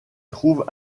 trouvent